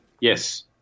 Yes